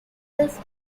bases